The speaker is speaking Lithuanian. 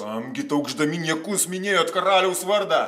kamgi taukšdami niekus minėjot karaliaus vardą